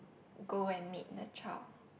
go and meet the child